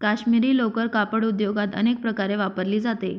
काश्मिरी लोकर कापड उद्योगात अनेक प्रकारे वापरली जाते